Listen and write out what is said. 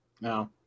No